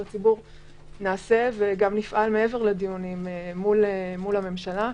ציבורי נעשה גם נפעל מעבר לדיונים מול הממשלה,